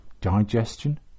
digestion